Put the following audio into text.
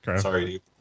sorry